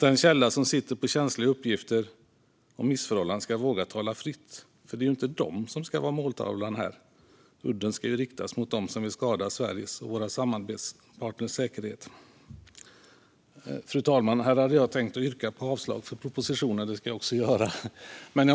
Den källa som sitter på känsliga uppgifter om missförhållanden ska våga tala fritt. Det är inte de som ska vara måltavlan här. Udden ska riktas mot dem som vill skada Sveriges och våra samarbetspartners säkerhet. Fru talman! Här hade jag tänkt yrka avslag på propositionen. Det ska jag också göra.